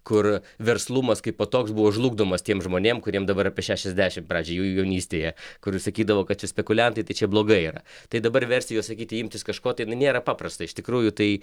kur verslumas kaipo toks buvo žlugdomas tiem žmonėm kuriem dabar apie šešiasdešim pradžioj jų jaunystėje kur sakydavo kad čia spekuliantai tai čia blogai yra tai dabar versti juos sakyti imtis kažko tai na nėra paprasta iš tikrųjų tai